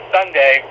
Sunday